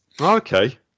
Okay